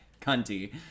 cunty